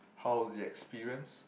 how's the experience